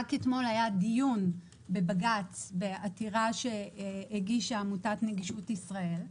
רק אתמול היה דיון בבג"ץ בעתירה שהגישה עמותת נגישות ישראל.